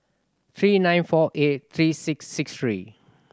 three nine four eight three six six three